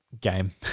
game